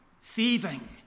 thieving